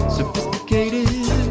sophisticated